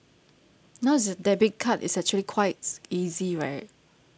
now s~ debit card is actually quite s~ easy right